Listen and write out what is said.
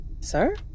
Sir